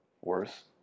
worse